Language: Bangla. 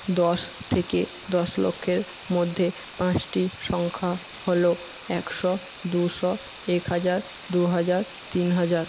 দশ থেকে দশ লক্ষের মধ্যে পাঁচটি সংখ্যা হলো একশো দুশো এক হাজার দুহাজার তিন হাজার